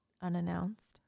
unannounced